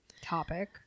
topic